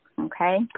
okay